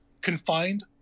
confined